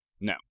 No